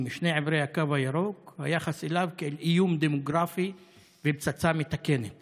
משני עברי הקו הירוק כאל פצצה מתקתקת